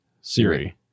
Siri